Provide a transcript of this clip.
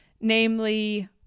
namely